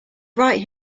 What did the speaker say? right